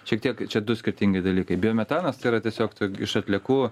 šiek tiek čia du skirtingi dalykai beje metanas tėra tiesiog iš atliekų